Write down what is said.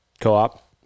Co-op